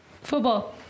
Football